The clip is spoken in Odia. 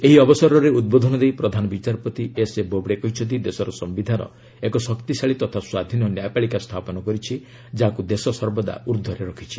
ଏହି ଅବସରରେ ଉଦ୍ବୋଧନ ଦେଇ ପ୍ରଧାନ ବିଚାରପତି ଏସ୍ଏ ବୋବ୍ଡେ କହିଛନ୍ତି ଦେଶର ସମ୍ଭିଧାନ ଏକ ଶକ୍ତିଶାଳୀ ତଥା ସ୍ୱାଧୀନ ନ୍ୟାୟପାଳିକ ସ୍ଥାପନ କରିଛି ଯାହାକୁ ଦେଶ ସର୍ବଦା ଊର୍ଦ୍ଧ୍ୱରେ ରଖିଛି